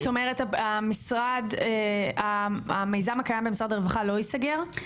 זאת אומרת המיזם הקיים במשרד הרווחה לא ייסגר?